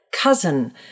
cousin